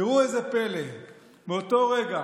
וראו זה פלא, מאותו רגע